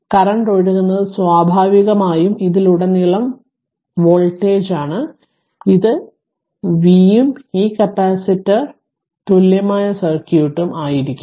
current ഒഴുകുന്നത് സ്വാഭാവികമായും ഇതിലുടനീളം വോൾട്ടേജാണ് ഇത് v ഉം ഈ കപ്പാസിറ്റർ capac Ceq തുല്യമായ സർക്യൂട്ടും ആയിരിക്കും